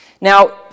Now